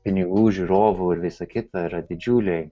pinigų žiūrovų ir visa kita yra didžiuliai